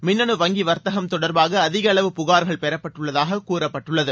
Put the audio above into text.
மின்னணு வங்கிவர்த்தகம் தொடர்பாகஅதிகஅளவு புகார்கள் கடன் அட்டை பெறப்பட்டுள்ளதாககூறப்பட்டுள்ளது